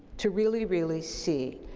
to really, really see,